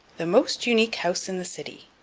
the most unique house in the city.